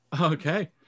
Okay